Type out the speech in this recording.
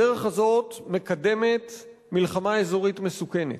הדרך הזאת מקדמת מלחמה אזורית מסוכנת.